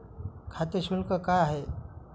खाते शुल्क काय आहे?